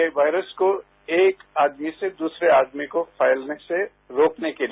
यह वायरस को एक आदमी से दूसरे आदमी को फैलने से रोकने के लिए